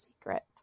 secret